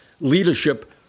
leadership